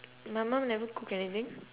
my mum never cook anything